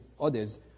others